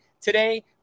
today